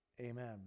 Amen